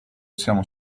siamo